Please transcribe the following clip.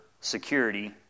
security